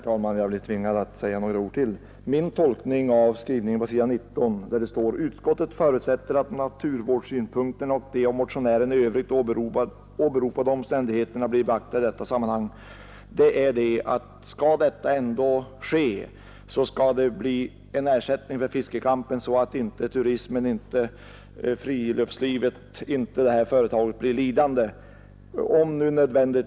Herr talman! Jag blev tvungen säga några ord till om tolkningen. På s. 19 skriver utskottet: ”Utskottet förutsätter att naturvårdssynpunkterna och de av motionären i övrigt åberopade omständigheterna blir beaktade i detta sammanhang.” Min tolkning av detta uttalande är att om en Nr 57 utbyggnad av Juktan nödvändigtvis måste ske, så skall det bli en Torsdagen den ersättning för fiskecampen så att inte turismen och friluftslivet blir 13 april 1972 lidande.